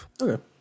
Okay